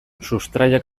sustraiak